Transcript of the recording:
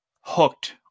hooked